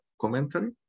commentary